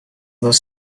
most